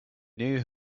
knew